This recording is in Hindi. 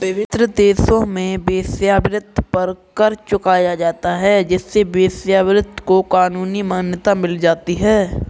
विभिन्न देशों में वेश्यावृत्ति पर कर चुकाया जाता है जिससे वेश्यावृत्ति को कानूनी मान्यता मिल जाती है